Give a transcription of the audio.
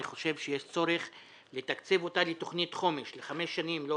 אני חושב שיש צורך לתקצב אותה לתוכנית חומש לחמש שנים ולא